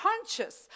conscious